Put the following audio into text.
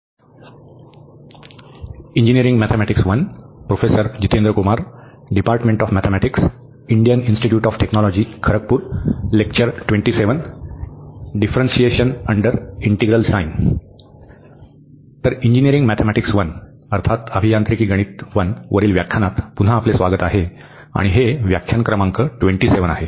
तर engineering mathematics I Engineering Mathematics - I अर्थात अभियांत्रिकी गणित 1 वरील व्याख्यानात पुन्हा आपले स्वागत आहे आणि हे व्याख्यान क्रमांक 27 आहे